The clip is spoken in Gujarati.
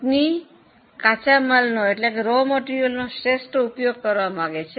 કંપની કાચા માલનો શ્રેષ્ઠ ઉપયોગ કરવા માંગે છે